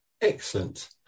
excellent